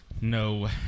No